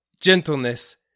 gentleness